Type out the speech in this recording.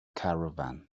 caravan